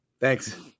Thanks